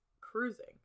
cruising